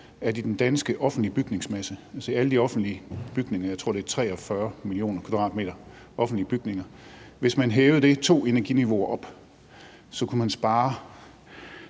man i den danske offentlige bygningsmasse, altså i alle de offentlige bygninger, jeg tror, det er 43 mio. m² offentlige bygninger, hævede det to energiniveauer op, kunne man spare